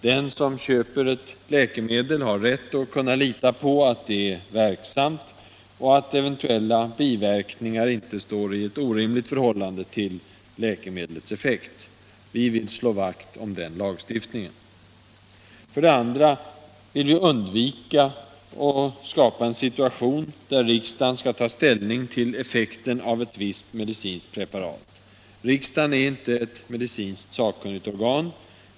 Den som köper ett läkemedel har rätt att kunna lita på, att det är verksamt, och att eventuella biverkningar inte står i orimligt förhållande till läkemedlets effekt. Vi vill slå vakt om den lagstiftningen. 83 2. Vi vill undvika att skapa en situation där riksdagen skall ta ställning till effekten av ett visst medicinskt preparat. Riksdagen är inte ett medicinskt sakkunnigt organ.